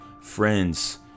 friends